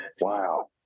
wow